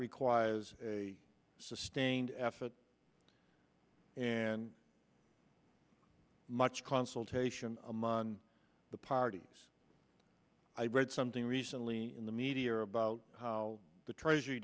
requires a sustained effort and much consultation i'm on the parties i read something recently in the media about how the treasury